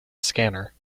scanner